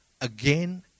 again